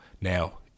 now